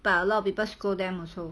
but a lot of people scold them also